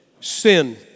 Sin